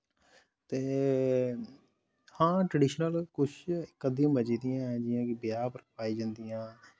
ते हां ट्रडिशनल किश इक अद्धी बची दी हैन जि'यां कि ब्याह् पर जंदियां